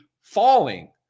falling